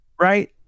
right